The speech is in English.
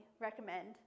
recommend